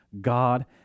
god